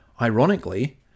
Ironically